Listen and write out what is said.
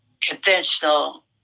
conventional